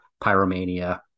Pyromania